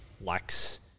likes